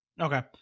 Okay